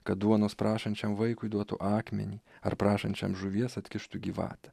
kad duonos prašančiam vaikui duotų akmenį ar prašančiam žuvies atkištų gyvatę